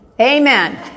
Amen